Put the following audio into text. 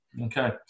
Okay